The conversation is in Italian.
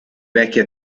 vecchie